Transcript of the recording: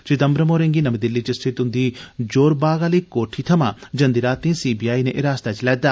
चिदम्बरम होरें'गी नर्मी दिल्ली च स्थित उंदी जोर बाग आहली कोठी थमां जंदी रातीं सी बी आई नै हिरासत च लैता